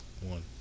One